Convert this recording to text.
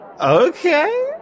Okay